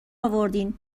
آوردین